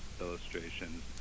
illustrations